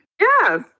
Yes